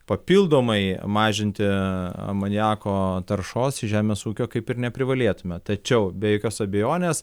papildomai mažinti amoniako taršos žemės ūkio kaip ir neprivalėtume tačiau be jokios abejonės